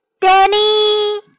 Danny